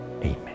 Amen